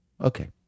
Okay